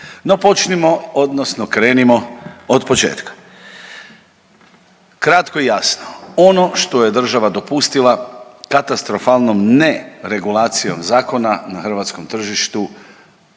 No počnimo, odnosno krenimo od početka. Kratko i jasno. Ono što je država dopustila katastrofalnom neregulacijom zakona na hrvatskom tržištu